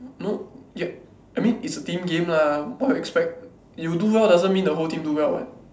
no ya I mean it's a team game lah what you expect you do well doesn't mean the whole team do well [one]